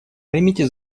примите